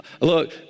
Look